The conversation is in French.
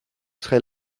serai